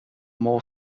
more